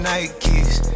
Nikes